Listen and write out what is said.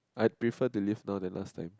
I prefer to live now than last time